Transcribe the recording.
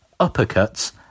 uppercuts